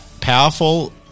powerful